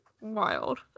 wild